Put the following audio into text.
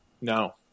No